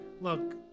Look